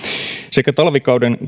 sekä talvikauden